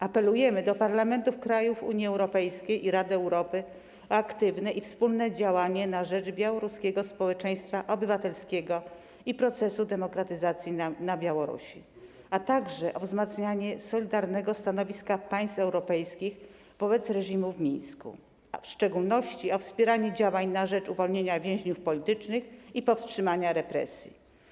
Apelujemy do parlamentów krajów Unii Europejskiej i Rady Europy o aktywne i wspólne działanie na rzecz białoruskiego społeczeństwa obywatelskiego i procesu demokratyzacji na Białorusi, a także o wzmacnianie solidarnego stanowiska państw europejskich wobec reżimu w Mińsku, w szczególności o wspieranie działań na rzecz uwolnienia więźniów politycznych i powstrzymania represji.